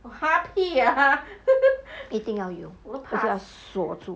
一定要有要跟他锁住